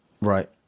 Right